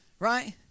right